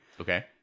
okay